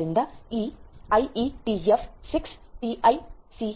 ಆದ್ದರಿಂದ ಈ IETF 6 TISC